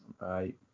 Right